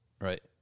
right